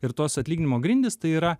ir tos atlyginimo grindys tai yra